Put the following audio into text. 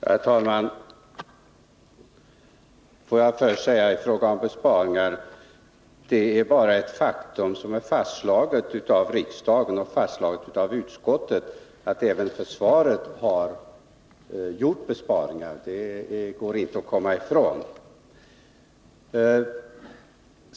Herr talman! Får jag först säga i fråga om besparingar, att det är ett faktum, fastslaget av utskottet och riksdagen, att även försvaret har gjort besparingar. Det går inte att komma ifrån.